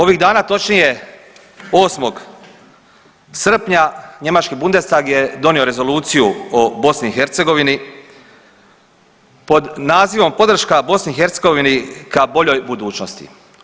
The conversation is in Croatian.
Ovih dana, točnije 8. srpnja njemački Bundestag je donio Rezoluciju o BiH pod nazivom „Podrška BiH ka boljoj budućnosti“